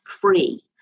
free